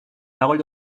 parole